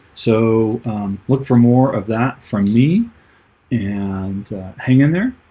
so look for more of that from me and hang in there.